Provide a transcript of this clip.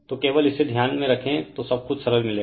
तो केवल इसे ध्यान में रखें तो सब कुछ सरल मिलेगा